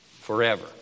forever